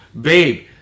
babe